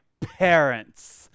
parents